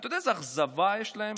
אתה יודע איזו אכזבה יש להם?